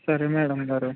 సరే మేడం గారు